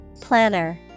Planner